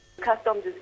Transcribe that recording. Customs